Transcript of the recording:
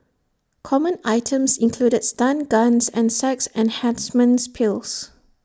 common items included stun guns and sex enhancement pills